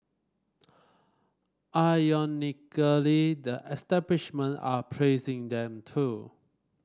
ironically the establishment are praising them too